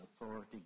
authority